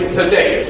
today